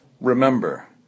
Remember